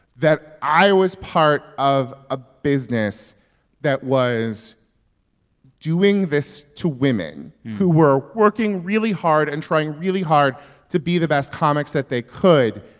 that i was part of a business business that was doing this to women who were working really hard and trying really hard to be the best comics that they could,